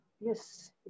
yes